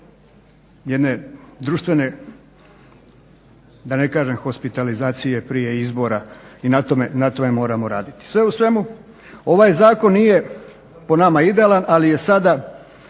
jedne društvene da ne kažem hospitalizacije prije izbora i na tome moramo raditi. Sve u svemu ovaj zakon nije po nama idealan ali je sada